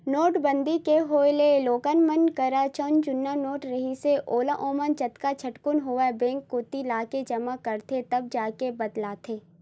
नोटबंदी के होय ले लोगन मन करन जउन जुन्ना नोट रहिथे ओला ओमन जतका झटकुन होवय बेंक कोती लाके जमा करथे तब जाके बदलाथे